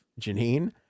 Janine